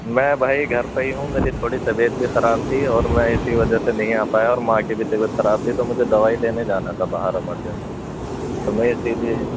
میں بھائی گھر پہ ہی ہوں میری تھوڑی طبیعت بھی خراب تھی اور میں اِسی وجہ سے نہیں آ پایا اور ماں کی بھی طبیعت خراب تھی تو مجھے دوائی لینے جانا تھا باہر ایمرجنسی تو میں اِسی لیے